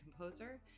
composer